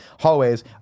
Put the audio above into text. hallways